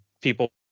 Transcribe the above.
people